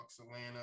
Atlanta